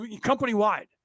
company-wide